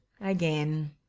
again